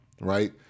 right